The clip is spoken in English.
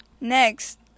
Next